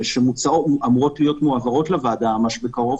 שאמורות להיות מועברות לוועדה ממש בקרוב,